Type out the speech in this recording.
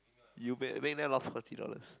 you make make them lost forty dollars